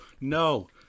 no